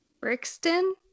Brixton